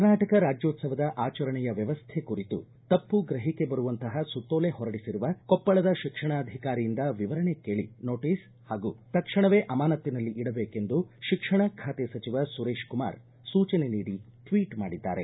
ಕರ್ನಾಟಕ ರಾಜ್ಯೋತ್ಸವದ ಆಚರಣೆಯ ವ್ಯವಸ್ಥೆ ಕುರಿತು ತಪ್ಪು ಗ್ರಹಿಕೆ ಬರುವಂತಪ ಸುತ್ತೋಲೆ ಹೊರಡಿಸಿರುವ ಕೊಪ್ಪಳದ ಶಿಕ್ಷಣಾಧಿಕಾರಿಯಿಂದ ವಿವರಣೆ ಕೇಳಿ ನೊಟೀಸ್ ಹಾಗೂ ತಕ್ಷಣವೇ ಅಮಾನಕ್ತಿನಲ್ಲಿ ಇಡಬೇಕೆಂದು ಶಿಕ್ಷಣ ಖಾತೆ ಸಚಿವ ಸುರೇಶ್ಕುಮಾರ್ ಸೂಚನೆ ನೀಡಿ ಟ್ವೀಟ್ ಮಾಡಿದ್ದಾರೆ